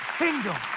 kingdom.